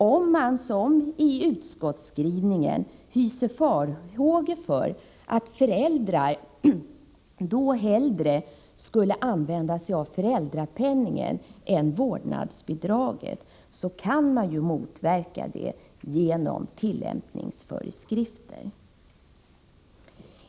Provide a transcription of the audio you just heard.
Om man, som i utskottsskrivningen, hyser farhågor för att föräldrar då hellre skulle använda föräldrapenningen än vårdnadsbidraget, kan detta motverkas genom tillämpningsföreskrifter.